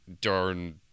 darn